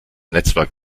netzwerk